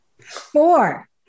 Four